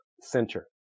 Center